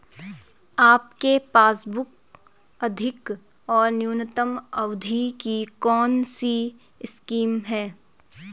आपके पासबुक अधिक और न्यूनतम अवधि की कौनसी स्कीम है?